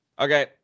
Okay